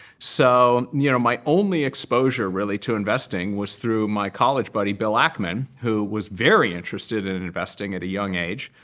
so you know my only exposure really to investing was through my college buddy, bill ackman, who was very interested in investing at a young age.